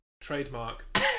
trademark